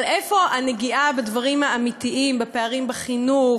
אבל איפה הנגיעה בדברים האמיתיים: בפערים בחינוך,